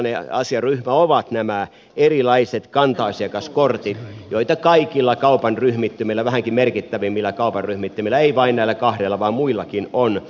sellainen asiaryhmä ovat nämä erilaiset kanta asiakaskortit joita kaikilla kaupan ryhmittymillä vähänkin merkittävimmillä kaupan ryhmittymillä ei vain näillä kahdella vaan muillakin on